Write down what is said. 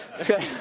Okay